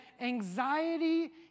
anxiety